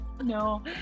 No